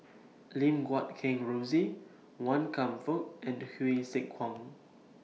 Lim Guat Kheng Rosie Wan Kam Fook and Hsu Tse Kwang